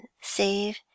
save